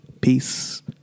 peace